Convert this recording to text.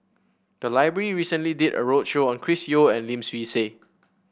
the library recently did a roadshow on Chris Yeo and Lim Swee Say